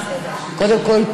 קודם כול,